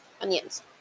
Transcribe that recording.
onions